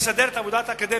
הוא רק מסדר את עבודת האקדמיה.